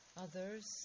others